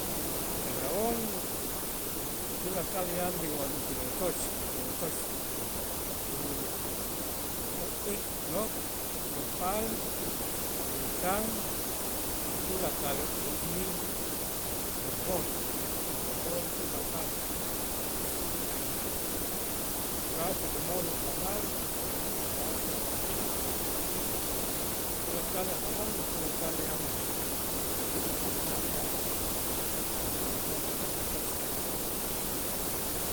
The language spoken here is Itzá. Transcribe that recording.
El jabón tulakal yan tinwo tinwotoch tinwotoch u o p'o'ik nok' inpaal, inwätan tulakal o ichnil injabón up'o'ik ujo'ol tulakal in utraste ujo'mol ujanal up'o'ik utraste tulakal a' jabón, tulakal a' jabón tulakal yan tulakal na' ya una' yan tulakal wotoch yan jabón.